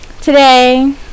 today